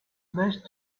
best